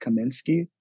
Kaminsky